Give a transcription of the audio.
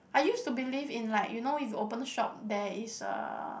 I used to believe in like you know if you open a shop there is uh